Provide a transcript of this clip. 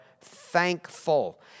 thankful